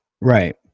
right